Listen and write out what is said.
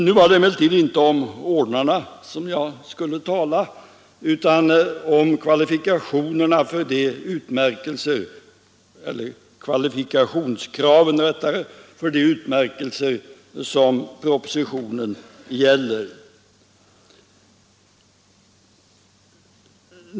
Nu var det emellertid inte om ordnarna jag skulle tala, utan om kvalifikationskraven för de utmärkelser som propositionen avser.